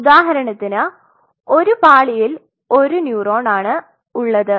ഉദാഹരണത്തിന് ഒരു പാളിയിൽ ഒരു ന്യൂറോൺ ആണ് ഉള്ളത്